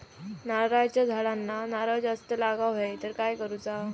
नारळाच्या झाडांना नारळ जास्त लागा व्हाये तर काय करूचा?